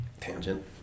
tangent